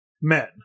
men